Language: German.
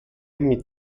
mit